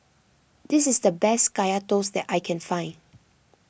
this is the best Kaya Toast that I can find